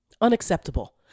Unacceptable